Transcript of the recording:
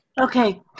Okay